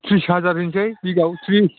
थ्रिस हाजार होनोसै बिगायाव थ्रिस